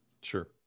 Sure